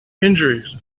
injuries